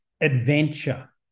Adventure